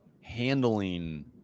handling